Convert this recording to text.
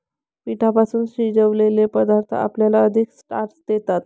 पिठापासून शिजवलेले पदार्थ आपल्याला अधिक स्टार्च देतात